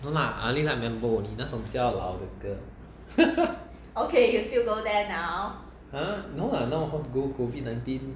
no lah I only like mambo only 那种比较老的歌 no lah how to go COVID nineteen